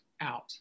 out